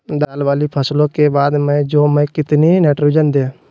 दाल वाली फसलों के बाद में जौ में कितनी नाइट्रोजन दें?